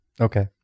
Okay